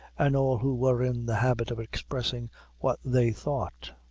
and all who were in the habit of expressing what they thought.